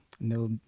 no